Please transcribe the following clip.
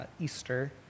easter